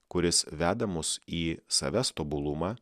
kuris veda mus į savęs tobulumą